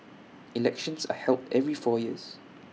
elections are held every four years